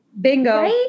Bingo